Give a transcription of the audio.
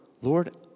Lord